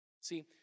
See